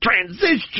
transition